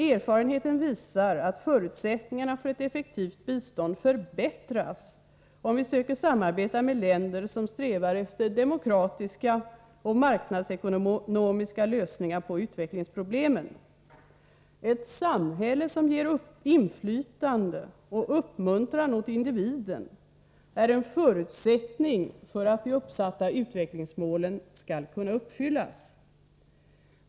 Erfarenheten visar att förutsättningarna för ett effektivt bistånd förbättras om vi söker samarbeta med länder som strävar efter demokratiska och marknadsekonomiska lösningar på utvecklingsproblemen. Ett samhälle som ger inflytande och uppmuntran åt individen är en förutsättning för att de uppsatta utvecklingsmålen skall kunna uppfyllas.